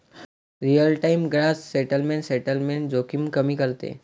real time gross settlement settlement जोखीम कमी करते